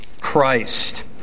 Christ